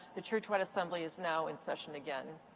the churchwide assembly is now in session again.